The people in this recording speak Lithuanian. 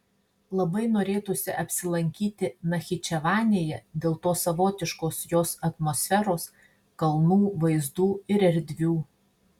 labai norėtųsi apsilankyti nachičevanėje dėl tos savotiškos jos atmosferos kalnų vaizdų ir erdvių